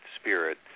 spirit